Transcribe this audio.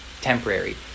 temporary